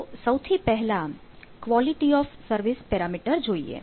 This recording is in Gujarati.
તો સૌથી પહેલા ક્વોલિટી ઓફ સર્વિસ પેરામીટર જોઈએ